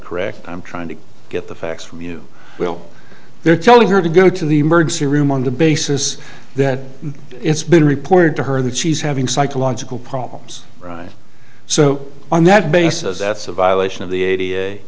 correct i'm trying to get the facts from you well they're telling her to go to the emergency room on the basis that it's been reported to her that she's having psychological problems so on that basis that's a violation of the